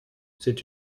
c’est